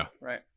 Right